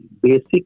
basic